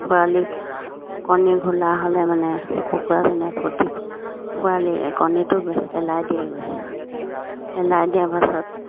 পোৱালি কণী ঘোলা হ'লে মানে কুকুৰাজনীয়ে খুটি পোৱালি কণীটো পেলাই দিয়েগৈ পেলাই দিয়াৰ পাছত